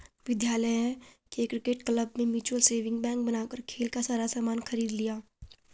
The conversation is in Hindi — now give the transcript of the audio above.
विद्यालय के क्रिकेट क्लब ने म्यूचल सेविंग बैंक बनाकर खेल का सारा सामान खरीद लिया